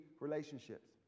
relationships